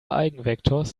eigenvectors